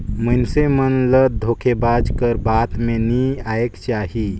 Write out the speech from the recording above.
मइनसे मन ल धोखेबाज कर बात में नी आएक चाही